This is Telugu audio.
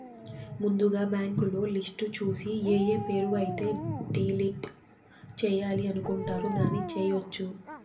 ముందుగా బ్యాంకులో లిస్టు చూసి ఏఏ పేరు అయితే డిలీట్ చేయాలి అనుకుంటారు దాన్ని చేయొచ్చు